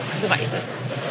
devices